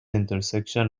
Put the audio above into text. intersection